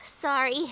sorry